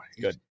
Good